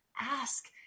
ask